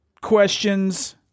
questions